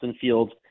Fields